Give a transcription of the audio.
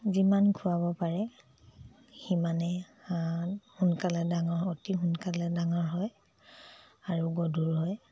যিমান খোৱাব পাৰে সিমানে হাঁহ সোনকালে ডাঙৰ অতি সোনকালে ডাঙৰ হয় আৰু গধুৰ হয়